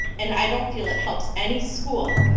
and i don't feel it helps any school,